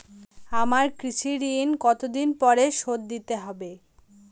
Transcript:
আমার কৃষিঋণ কতদিন পরে শোধ দিতে হবে?